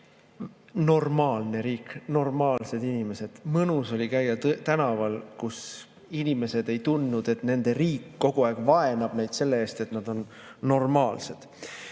Normaalne riik, normaalsed inimesed. Mõnus oli käia tänaval, kus inimesed ei tundnud, et nende riik kogu aeg vaenab neid selle eest, et nad on normaalsed.